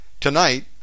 tonight